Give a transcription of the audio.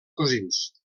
cosins